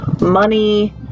money